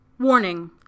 Warning